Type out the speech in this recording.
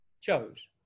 chose